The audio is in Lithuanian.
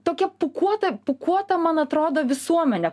tokia pūkuota pūkuota man atrodo visuomenė